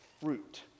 fruit